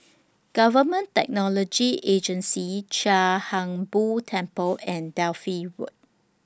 Government Technology Agency Chia Hung Boo Temple and Delhi Road